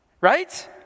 Right